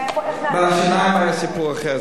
עם השיניים היה סיפור אחר,